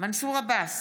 מנסור עבאס,